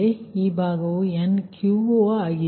ಮತ್ತು ಈ ಭಾಗವು Nq ಆಗಿದೆ